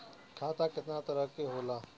खाता केतना तरह के होला?